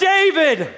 David